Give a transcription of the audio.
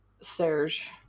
Serge